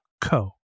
co